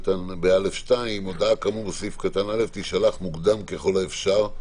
סעיף (א)(2): "הודעה כאמור בסעיף קטן (א) תישלח מוקדם ככל האפשר..."